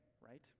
right